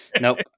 Nope